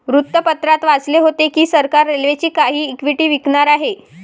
वृत्तपत्रात वाचले होते की सरकार रेल्वेची काही इक्विटी विकणार आहे